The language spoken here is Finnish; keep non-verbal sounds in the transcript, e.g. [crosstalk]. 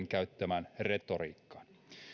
[unintelligible] käyttämään retoriikkaan